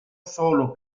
solo